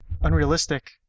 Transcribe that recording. unrealistic